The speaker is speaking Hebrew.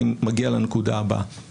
אני לא רוצה שבית משפט יבחן אותם אלא